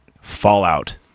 Fallout